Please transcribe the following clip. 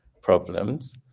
problems